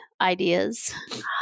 ideas